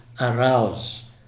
arouse